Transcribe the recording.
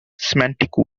semantic